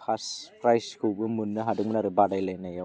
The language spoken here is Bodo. फार्स्ट प्राइजखौबो मोननो हादोंमोन आरो बादायलायनायाव